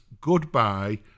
goodbye